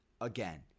Again